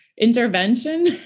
intervention